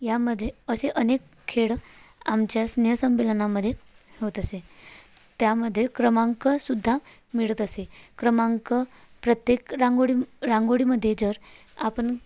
यामध्ये असे अनेक खेळ आमच्या स्नेहसंमेलनामध्ये होत असे त्यामध्ये क्रमांकसुद्धा मिळत असे क्रमांक प्रत्येक रांगोळी रांगोळीमध्ये जर आपण